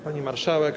Pani Marszałek!